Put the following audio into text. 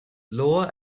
lower